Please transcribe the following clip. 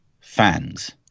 fans